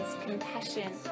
compassion